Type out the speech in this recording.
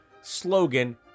slogan